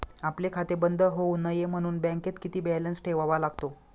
आपले खाते बंद होऊ नये म्हणून बँकेत किती बॅलन्स ठेवावा लागतो?